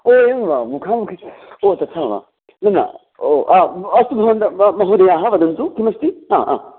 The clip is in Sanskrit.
ओ एवं वा मुखामुखी ओ तथा वा न ओ अस्तु भवन्तः मा महोदयाः वदन्तु किमस्ति हा हा